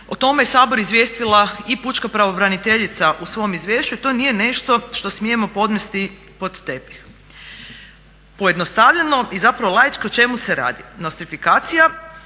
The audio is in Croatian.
o tome je Sabor izvijestila i pučka pravobraniteljica u svom izvješću jer to nije nešto što smijemo podmesti pod tepih. Pojednostavljeno i zapravo laički o čemu se radi? Nostrifikacija